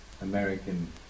American